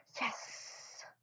Yes